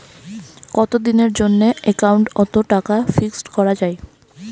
কতদিনের জন্যে একাউন্ট ওত টাকা ফিক্সড করা যায়?